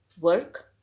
work